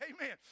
Amen